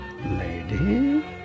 Lady